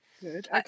good